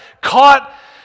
caught